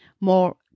more